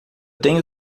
tenho